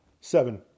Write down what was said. Seven